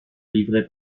livrer